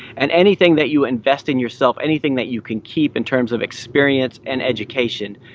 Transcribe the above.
and anything that you invest in yourself, anything that you can keep in terms of experience and education,